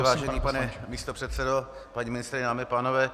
Vážený pane místopředsedo, paní ministryně, dámy a pánové.